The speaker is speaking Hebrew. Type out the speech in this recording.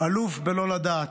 אלוף בלא לדעת.